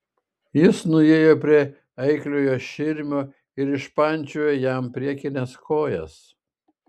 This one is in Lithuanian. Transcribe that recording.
jis nuėjo prie eikliojo širmio ir išpančiojo jam priekines kojas